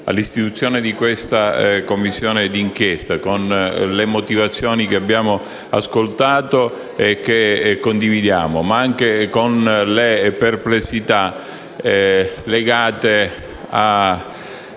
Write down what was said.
all'istituzione della Commissione d'inchiesta per le motivazioni che abbiamo ascoltato e che condividiamo, ma anche per le perplessità legate al